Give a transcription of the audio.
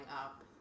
up